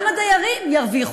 גם הדיירים ירוויחו.